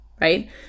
right